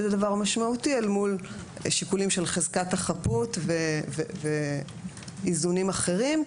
זה דבר משמעותי אל מול שיקולים של חזקת החפות ואיזונים אחרים,